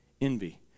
envy